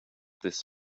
this